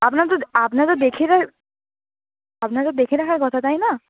আপনারা তো আপনারা দেখে আপনাদের দেখে রাখার কথা তাই না